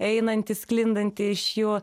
einanti sklindanti iš jų